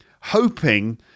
hoping